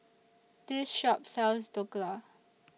This Shop sells Dhokla